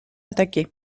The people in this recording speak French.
attaquer